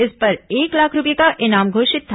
इस पर एक लाख रूपये का इनाम घोषित था